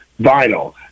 vinyl